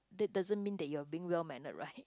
that doesn't mean that you're being well mannered right